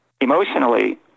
emotionally